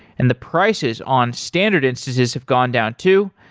and the prices on standard instances have gone down too.